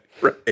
right